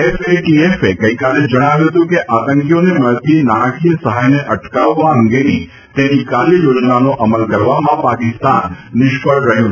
એફએટીએફે ગઈકાલે જણાવ્યું હતું કે આતંકીઓને મળતા નાણાંકીય સહાયને અટકાવવા અંગેની તેની કાર્ય યોજનાનો અમલ કરવામાં પાકિસ્તાન નિષ્ફળ રહ્યું છે